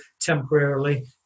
temporarily